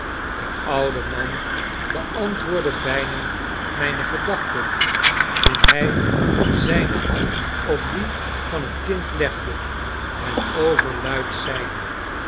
de oude man beantwoordde bijna mijne gedachten toen hij zijne hand op die van het kind legde en overluid zeide